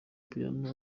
piano